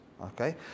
Okay